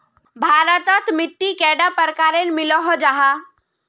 भारत तोत मिट्टी कैडा प्रकारेर मिलोहो जाहा?